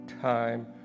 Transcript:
time